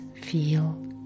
feel